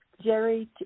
Jerry